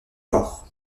port